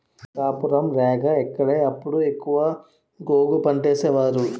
భోగాపురం, రేగ ఇక్కడే అప్పుడు ఎక్కువ గోగు పంటేసేవారు